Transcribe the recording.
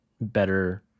better